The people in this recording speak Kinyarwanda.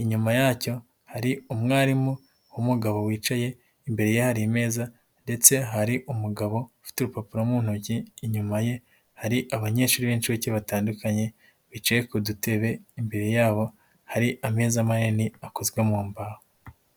inyuma yacyo hari umwarimu w'umugabo wicaye, imbere ye hari ameza ndetse hari umugabo ufite urupapuro mu ntoki, inyuma ye hari abanyeshuri b'inshuke batandukanye bicaye ku dutebe, imbere yabo hari ameza manini akozwe mu mbaho.